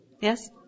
yes